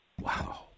Wow